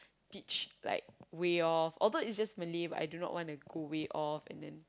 teach like way off although is this Malay I didn't want to go way off and then